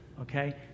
Okay